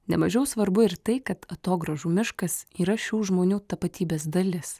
nemažiau svarbu ir tai kad atogrąžų miškas yra šių žmonių tapatybės dalis